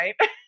right